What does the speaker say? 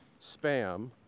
spam